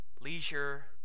leisure